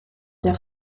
der